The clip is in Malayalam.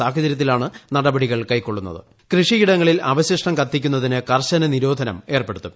സാഹചര്യത്തിലാണ് നടപടികൾ കൃഷിയിടങ്ങളിൽ അവശിഷ്ടം കത്തിക്കുന്നതിന് കർശന നിരോധനം ഏർപ്പെടുത്തും